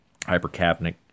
hypercapnic